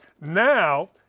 Now